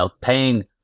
Paying